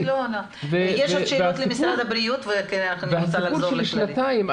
והסיפור של שנתיים,